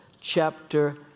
chapter